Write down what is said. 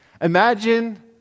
Imagine